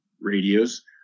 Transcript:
radios